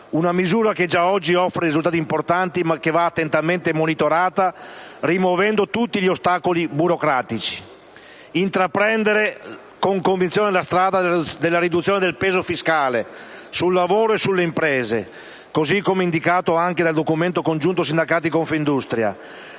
una misura che già oggi offre risultati importanti, ma che va attentamente monitorata rimuovendo tutti gli ostacoli burocratici; intraprendere con convinzione la strada della riduzione del peso fiscale sul lavoro e sulle imprese, come indicato anche dal documento congiunto sindacati- Confindustria;